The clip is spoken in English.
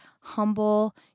humble